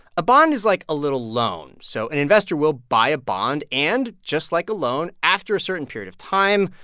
a bond is like a little loan. so an investor will buy a bond, and just like a loan, after a certain period of time,